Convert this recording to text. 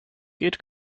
geht